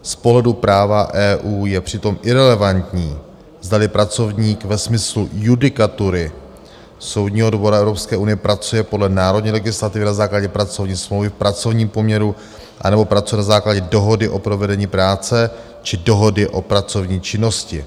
Z pohledu práva EU je přitom irelevantní, zdali pracovník ve smyslu judikatury Soudního dvora Evropské unie pracuje podle národní legislativy na základě pracovní smlouvy v pracovním poměru, anebo pracuje na základě dohody o provedení práce či dohody o pracovní činnosti.